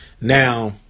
Now